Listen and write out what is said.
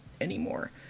anymore